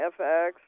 FX